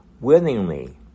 willingly